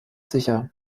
sicher